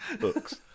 books